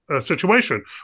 situation